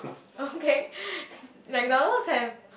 okay McDonald's have